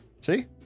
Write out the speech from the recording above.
See